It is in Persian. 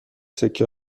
سکه